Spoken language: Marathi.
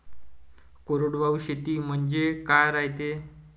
कोरडवाहू शेती म्हनजे का रायते?